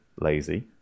lazy